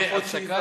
יש פחות שליטה.